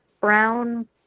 brown